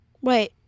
Wait